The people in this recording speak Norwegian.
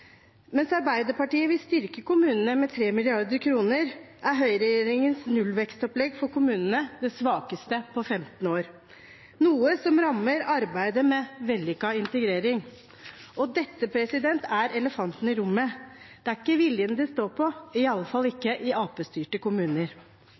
Mens Arbeiderpartiet vil styrke kommunene med 3 mrd. kr, er høyreregjeringens nullvekstopplegg for kommunene det svakeste på 15 år, noe som rammer arbeidet med vellykket integrering. Dette er elefanten i rommet. Det er ikke viljen det står på, iallfall